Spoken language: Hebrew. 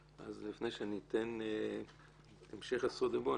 לפני שאני אתן את המשך זכות הדיבור,